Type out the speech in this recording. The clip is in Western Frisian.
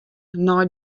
nei